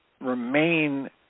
remain